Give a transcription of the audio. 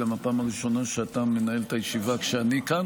הפעם הראשונה שאתה מנהל את הישיבה כשאני כאן,